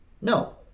no